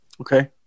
Okay